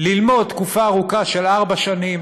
ללמוד תקופה ארוכה של ארבע שנים,